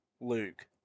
Luke